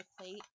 plate